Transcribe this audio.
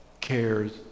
cares